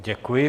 Děkuji.